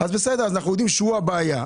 אנחנו יודעים שהוא הבעיה.